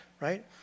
right